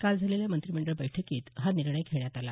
काल झालेल्या मंत्रिमंडळ बैठकीत हा निर्णय घेण्यात आला